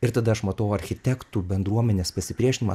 ir tada aš matau architektų bendruomenės pasipriešinimą